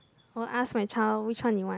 or ask my child which one you want